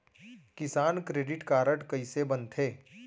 किसान credit card कइसे बनथे?